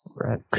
Right